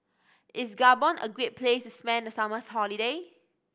is Gabon a great place to spend the summer holiday